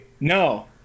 No